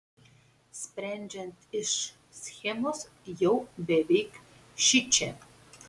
sprendžiant iš schemos jau beveik šičia